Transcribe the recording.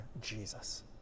Jesus